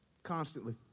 Constantly